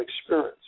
experience